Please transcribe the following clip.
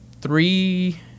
three